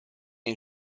ihn